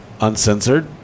uncensored